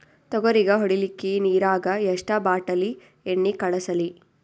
ತೊಗರಿಗ ಹೊಡಿಲಿಕ್ಕಿ ನಿರಾಗ ಎಷ್ಟ ಬಾಟಲಿ ಎಣ್ಣಿ ಕಳಸಲಿ?